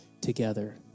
together